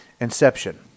Inception